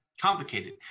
complicated